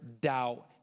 doubt